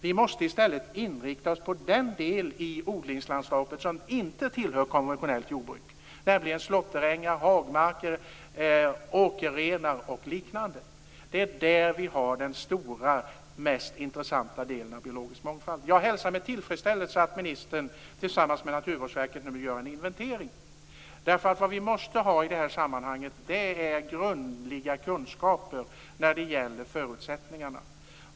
Vi måste i stället inrikta oss på den del i odlingslandskapet som inte tillhör konventionellt jordbruk, nämligen slåtterängar, hagmarker, åkerrenar och liknande. Det är där vi har den stora, mest intressanta delen av biologisk mångfald. Jag hälsar med tillfredsställelse att ministern tillsammans med Naturvårdsverket nu gör en inventering. Vad vi måste ha i det här sammanhanget är grundliga kunskaper om förutsättningarna.